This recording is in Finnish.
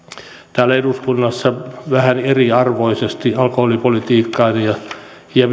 täällä eduskunnassa vähän eriarvoisesti alkoholipolitiikkaan ja